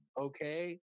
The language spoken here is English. okay